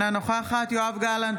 אינה נוכחת יואב גלנט,